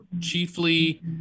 chiefly